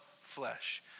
flesh